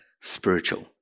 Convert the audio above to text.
spiritual